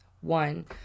One